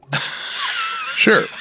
Sure